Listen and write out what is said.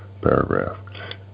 paragraph